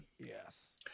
Yes